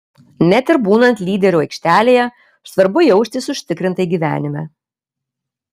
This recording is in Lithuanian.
net ir būnant lyderiu aikštelėje svarbu jaustis užtikrintai gyvenime